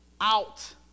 out